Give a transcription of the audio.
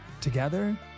together